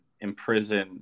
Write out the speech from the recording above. imprison